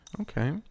Okay